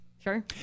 Sure